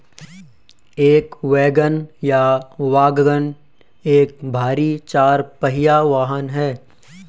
एक वैगन या वाग्गन एक भारी चार पहिया वाहन है